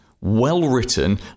well-written